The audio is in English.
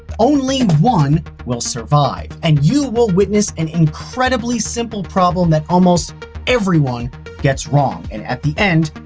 only one will survive and you will witness an incredibly simple problem that almost everyone gets wrong. and at the end,